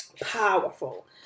powerful